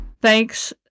Thanks